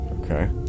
okay